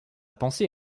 pensée